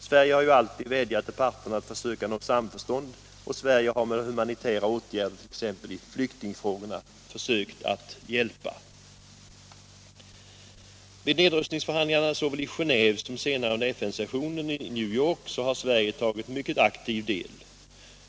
Sverige har alltid vädjat till parterna att försöka nå samförstånd, och Sverige har med humanitära åtgärder t.ex. i flyktingfrågorna försökt att hjälpa. Vid nedrustningsförhandlingarna såväl i Geneve som senare under FN sessionen i New York har Sverige tagit en mycket aktiv del.